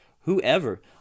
whoever